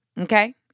Okay